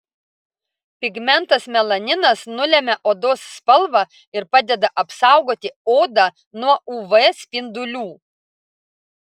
pigmentas melaninas nulemia odos spalvą ir padeda apsaugoti odą nuo uv spindulių